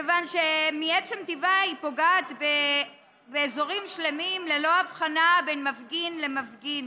כיוון שמעצם טיבה היא פוגעת באזורים שלמים ללא הבחנה בין מפגין למפגין.